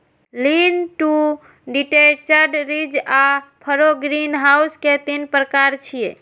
lean to detached, ridge आ furrow greenhouse के तीन प्रकार छियै